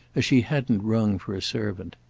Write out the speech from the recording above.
as she hadn't rung for a servant.